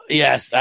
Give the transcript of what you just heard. yes